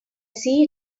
see